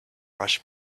rush